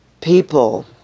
People